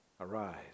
Arise